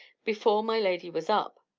before my lady was up.